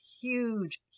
huge